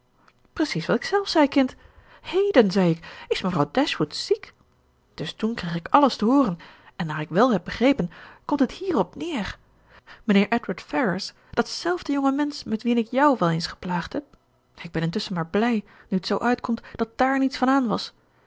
precies wat ik zelf zei kind heden zei ik is mevrouw dashwood ziek dus toen kreeg ik alles te hooren en naar ik wèl heb begrepen komt het hierop neer mijnheer edward ferrars dat zelfde jongemensch met wien ik jou wel eens geplaagd heb ik ben intusschen maar blij nu t zoo uitkomt dat dààr niets van aan was